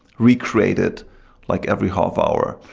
recreate it like every half hour,